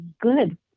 good